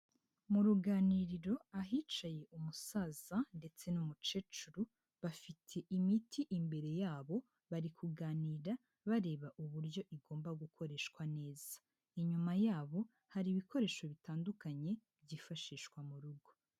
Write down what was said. Mu ruganiriro ahicaye umusaza ndetse n'umukecuru. Bafite imiti imbere yabo, bari kuganira bareba uburyo igomba gukoreshwa neza. Inyuma yabo hari ibikoresho bitandukanye byifashishwa mu rugo.